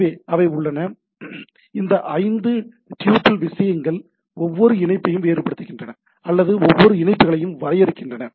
எனவே அவை உள்ளன இந்த ஐந்து டப்பிள் விஷயங்கள் ஒவ்வொரு இணைப்பையும் வேறுபடுத்துகின்றன அல்லது ஒவ்வொரு இணைப்புகளையும் வரையறுக்கின்றன